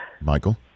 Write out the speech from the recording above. Michael